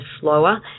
slower